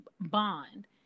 bond